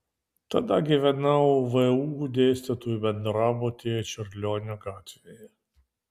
tada gyvenau vu dėstytojų bendrabutyje čiurlionio gatvėje